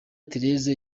theresa